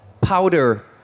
Powder